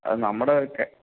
അത് നമ്മുടെ അവിടൊക്കെ